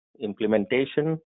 implementation